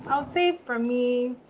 i'll say, for me,